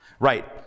Right